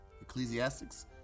Ecclesiastics